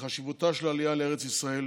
בחשיבותה של העלייה לארץ ישראל